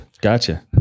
gotcha